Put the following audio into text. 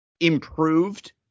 Improved